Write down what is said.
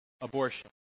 abortion